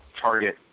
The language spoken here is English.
target